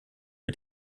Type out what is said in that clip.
mit